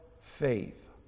faith